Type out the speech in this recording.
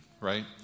right